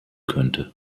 könnte